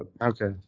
Okay